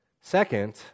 Second